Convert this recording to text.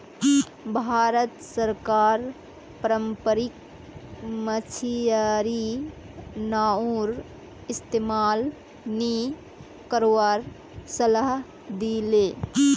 भारत सरकार पारम्परिक मछियारी नाउर इस्तमाल नी करवार सलाह दी ले